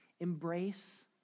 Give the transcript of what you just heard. embrace